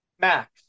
Max